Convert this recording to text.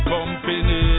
Company